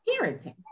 parenting